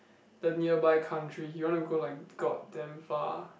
the nearby country he want to go like god damn far